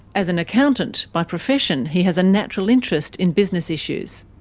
as an accountant by profession, he has a natural interest in business issues.